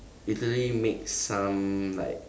literally make some like